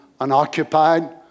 unoccupied